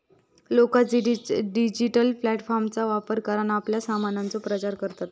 लोका डिजिटल प्लॅटफॉर्मचा वापर करान आपल्या सामानाचो प्रचार करतत